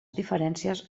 diferències